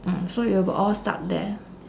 mm so it will be all stuck there